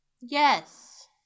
Yes